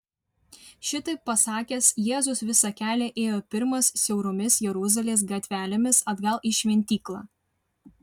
šitaip pasakęs jėzus visą kelią ėjo pirmas siauromis jeruzalės gatvelėmis atgal į šventyklą